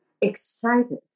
excited